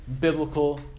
biblical